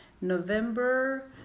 November